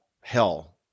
hell